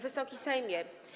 Wysoki Sejmie!